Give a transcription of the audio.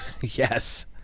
Yes